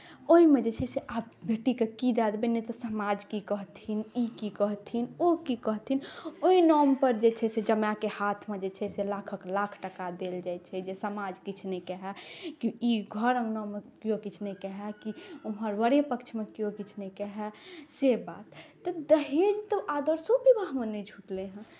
ओहिमे जे छै से आब बेटीकेँ की दए देबै नहि तऽ समाज की कहथिन ई की कहथिन ओ की कहथिन ओहि नामपर जे छै से जमाएकेँ हाथमे जे छै से लाखक लाख टाका देल जाइत छै जे समाज किछु नहि कहय कि ई घर अङ्गनामे किओ किछु नहि कहय कि उम्हर वरे पक्षमे किओ किछु नहि कहय से बात तऽ दहेज तऽ आदर्शो विवाहमे नहि छुटलै हेँ